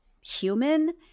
human